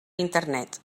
internet